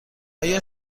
آیا